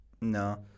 No